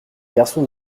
garçon